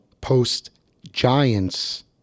post-Giants